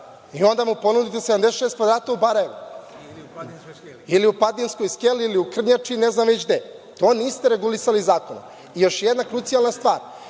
Onda mu ponude 76 kvadrata u Barajevu, ili u Padinskoj Skeli, ili u Krnjači, ne znam već gde. To niste regulisali zakonom. Još jedna krucijalna stvar.